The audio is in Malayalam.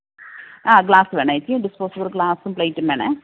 ആ ഗ്ലാസ് വേണം ചേച്ചി ഡിസ്പോസിബിൾ ഗ്ലാസും പ്ലേറ്റും വേണേ